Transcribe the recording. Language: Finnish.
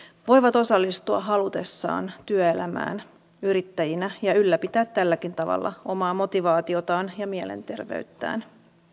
voivat halutessaan osallistua työelämään yrittäjinä ja ylläpitää tälläkin tavalla omaa motivaatiotaan ja mielenterveyttään